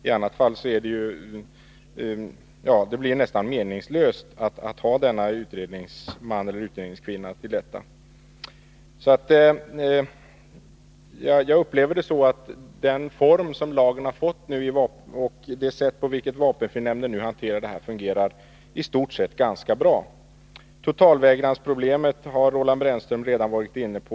I annat fall blir Nr 46 utredningen meningslös. Jag upplever det så att verksamheten, med den Torsdagen den form som lagen har fått och med det sätt på vilket vapenfrinämnden nu 9 december 1982 hanterar dessa frågor, fungerar i stort sett ganska bra. Totalvägrarnas problem har Roland Brännström redan varit inne på.